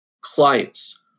clients